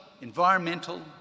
environmental